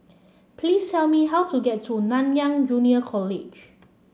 please tell me how to get to Nanyang Junior College